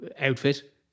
outfit